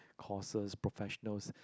costs professionals